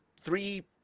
three